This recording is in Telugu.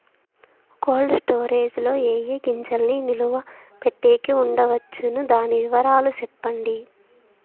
కోల్డ్ స్టోరేజ్ లో ఏ ఏ గింజల్ని నిలువ పెట్టేకి ఉంచవచ్చును? దాని వివరాలు సెప్పండి?